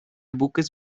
buques